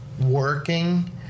working